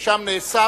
שם נאסף,